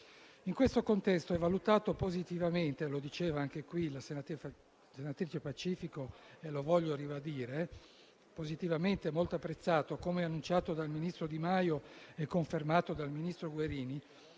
In questo contesto è valutato positivamente, lo diceva anche qui la senatrice Pacifico e lo voglio ribadire, ed è stato molto apprezzato, come annunciato dal ministro Di Maio e confermato dal ministro Guerini,